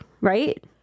right